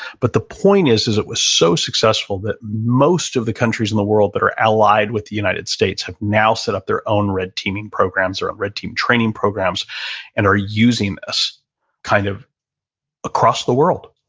but the point is, is it was so successful that most of the countries in the world that are allied with the united states have now set up their own red teaming programs or a red team training programs and are using this kind of across the world